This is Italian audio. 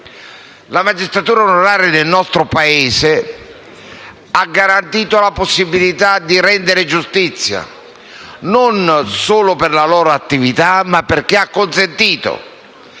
La magistratura onoraria del nostro Paese ha garantito la possibilità di rendere giustizia non solo per la sua attività, ma perché ha consentito